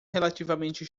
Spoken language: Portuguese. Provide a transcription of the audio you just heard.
relativamente